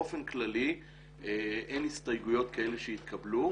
באופן כללי אין הסתייגויות כאלה שהתקבלו,